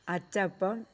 അച്ചപ്പം